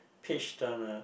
page turner